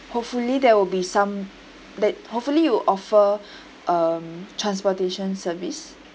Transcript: hopefully there will be some that hopefully you will offer um transportation service